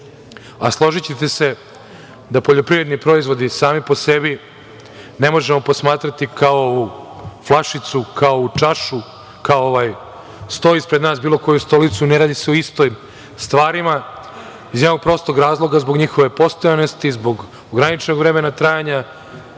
a složićete se da poljoprivredne proizvode sami po sebi ne možemo posmatrati kao flašicu, kao čašu, kao ovaj sto ispred nas, bilo koju stolicu, ne radi se o istim stvarima, iz jednog prostog razloga, zbog njihove postojanosti, zbog ograničenog vremena trajanja.